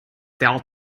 der